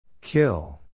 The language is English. Kill